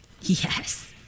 Yes